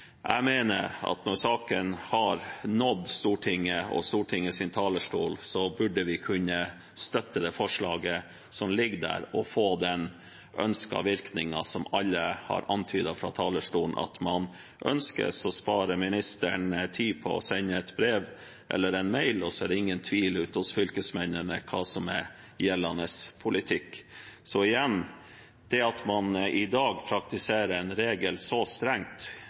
Jeg mener at når saken har nådd Stortinget og Stortingets talerstol, burde vi kunne støtte det forslaget som foreligger, og få den virkningen som alle har antydet fra talerstolen at man ønsker. Da sparer ministeren tid på å sende et brev eller en mail, og det er ingen tvil ute hos fylkesmennene om hva som er gjeldende politikk. Så igjen: Det at man i dag praktiserer en regel så strengt,